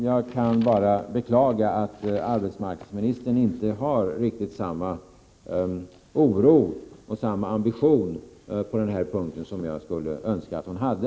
Jag kan bara beklaga att arbetsmarknadsministern inte riktigt hyser den oro och har den ambition på den här punkten som jag skulle önska att hon hade.